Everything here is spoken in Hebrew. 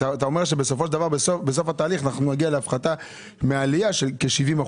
אתה אומר שבסופו של דבר בסוף התהליך נגיע להפחתה מהעלייה של כ-70%.